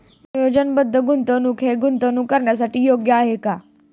नियोजनबद्ध गुंतवणूक हे गुंतवणूक करण्यासाठी योग्य आहे का?